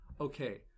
okay